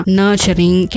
nurturing